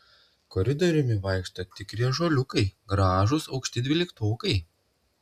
koridoriumi vaikšto tikri ąžuoliukai gražūs aukšti dvyliktokai